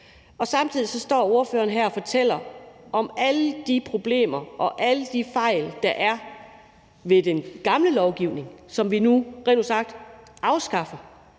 Og samtidig står ordføreren her og fortæller om alle de problemer og alle de fejl, der er ved den gamle lovgivning, som vi nu rent